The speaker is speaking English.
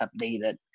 updated